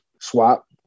swap